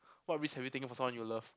what risk have you taken for someone you love